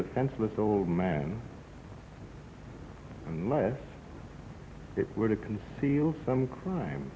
defenseless old man unless it were to conceal some crime